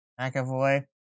McAvoy